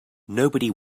nobody